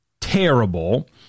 terrible